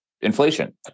inflation